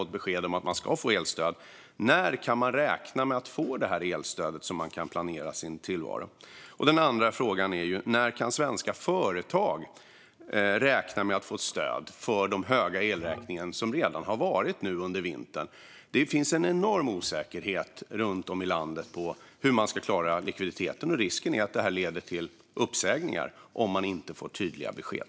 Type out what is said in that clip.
Det gäller även de i norra Sverige som nu äntligen efter många påtryckningar har fått besked om att de ska få elstöd? När kan svenska företag räkna med att få stöd för de höga elräkningar som redan har varit under vintern? Det finns en enorm osäkerhet runt om i landet om hur man ska klara likviditeten. Risken är att det leder till uppsägningar om man inte får tydliga besked.